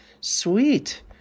sweet